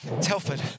Telford